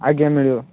ଆଜ୍ଞା ମିଳିବ